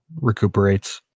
recuperates